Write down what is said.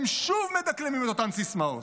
הם שוב מדקלמים את אותן סיסמאות,